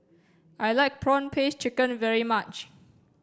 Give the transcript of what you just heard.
I like prawn paste chicken very much